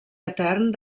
etern